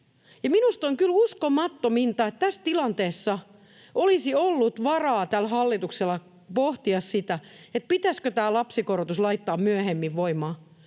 Minusta on kyllä uskomattominta, että kun tässä tilanteessa olisi ollut varaa tällä hallituksella pohtia sitä, pitäisikö tämä lapsikorotus laittaa myöhemmin voimaan,